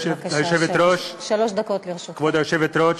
כבוד היושבת-ראש,